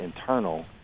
internal